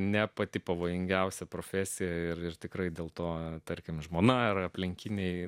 ne pati pavojingiausia profesija ir tikrai dėl to tarkime žmona ar aplinkiniai